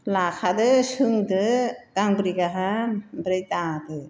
लाखादो सोंदो गांब्रै गाहाम ओमफ्राय दादो